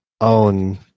own